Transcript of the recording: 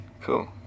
Cool